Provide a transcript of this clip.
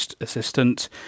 assistant